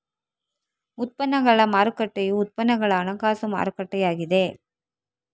ಉತ್ಪನ್ನಗಳ ಮಾರುಕಟ್ಟೆಯು ಉತ್ಪನ್ನಗಳ ಹಣಕಾಸು ಮಾರುಕಟ್ಟೆಯಾಗಿದೆ